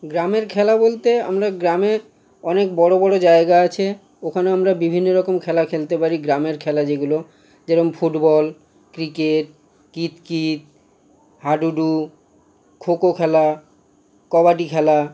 গ্রামের খেলা বলতে আমরা গ্রামের অনেক বড়ো বড়ো জায়গা আছে ওখানে আমরা বিভিন্ন রকম খেলা খেলতে পারি গ্রামের খেলা যেগুলো যেরম ফুটবল ক্রিকেট কিতকিত হাডুডু খোখো খেলা কাবাডি খেলা